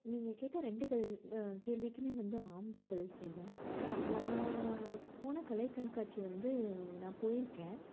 நீங்கள் கேட்ட ரெண்டுகள் கேள்விக்குமே வந்து ஆம் தான் பதில் சொல்லுவேன் நான் போன கலை கண்காட்சி வந்து நான் போயிருக்கேன்